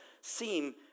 seem